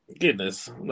Goodness